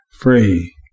Free